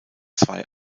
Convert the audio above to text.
zwei